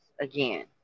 again